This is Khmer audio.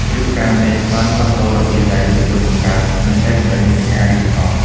វេទិកានេះបានផ្លាស់ប្ដូររបៀបដែលយុវជនបង្កើត និងចែករំលែកមាតិកាឌីជីថល។